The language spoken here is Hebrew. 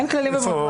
איפה החוק?